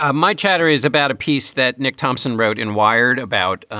ah my chatter is about a piece that nick thompson wrote in wired about.